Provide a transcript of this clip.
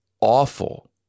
awful